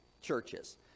churches